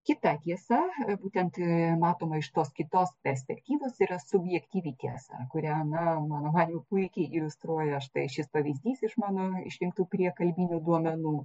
kita tiesa būtent joje matoma iš tos kitos perspektyvos yra subjektyvi tiesa kūrią na mano manymu puikiai iliustruoja štai šis pavyzdys iš mano išrinktų prie kalbinių duomenų